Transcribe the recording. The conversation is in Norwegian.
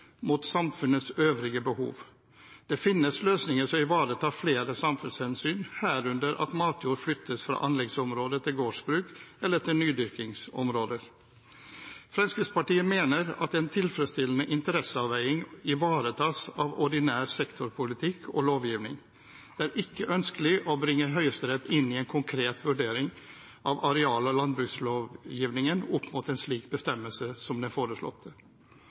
mot samfunnets øvrige behov. Det finnes løsninger som ivaretar flere samfunnshensyn, herunder at matjord flyttes fra anleggsområder til gårdsbruk eller til nydyrkingsområder. Fremskrittspartiet mener at en tilfredsstillende interesseavveiing ivaretas av ordinær sektorpolitikk og -lovgivning. Det er ikke ønskelig å bringe Høyesterett inn i en konkret vurdering av areal- og landbrukslovgivningen opp mot en slik bestemmelse som den foreslåtte. Med det